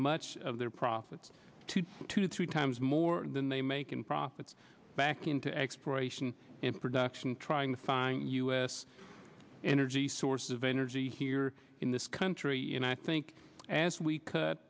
much of their profits to two to three times more than they make in profits back into exploration and production trying to find u s energy sources of energy here in this country and i think as we cut